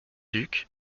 duc